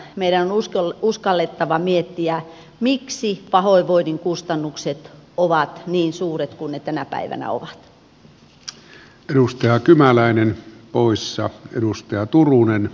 meidän on uskallettava miettiä miksi pahoinvoinnin kustannukset ovat niin suuret kuin ne tänä päivänä ovat